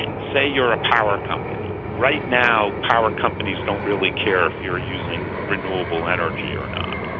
say you're a power company. right now power companies don't really care if you are using renewable energy or not.